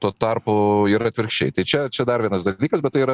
tuo tarpu yra atvirkščiai tai čia čia dar vienas dalykas bet tai yra